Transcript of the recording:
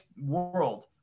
world